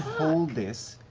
hold this.